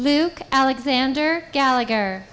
luke alexander gallagher